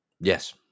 Yes